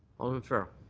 um farrell.